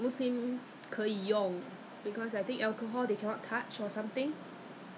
cut down if I possible so I always put a few bottles of water 放几罐水在里面 hor